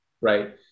right